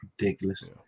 ridiculous